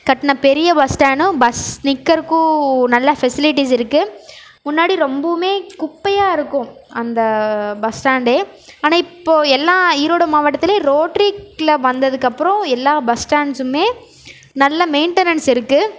கட்டிண பெரிய பஸ் ஸ்டானா பஸ் நிற்கருக்கும் நல்ல ஃபெசிலிட்டிஸ் இருக்கு முன்னாடி ரொம்பவுமே குப்பையாக இருக்கும் அந்த பஸ் ஸ்டாண்டே ஆனால் இப்போ எல்லா ஈரோடு மாவட்டத்துலையும் ரோட்ரிக்குல வந்ததுக்கப்புறோம் எல்லாம் பஸ் ஸ்டாண்ட்ஸுமே நல்ல மெயின்டனன்ஸ் இருக்கு